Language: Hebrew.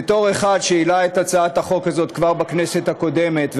בתור אחד שהעלה את הצעת החוק הזאת כבר בכנסת הקודמת,